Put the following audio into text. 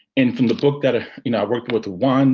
and from the book that ah you know i worked on with juan,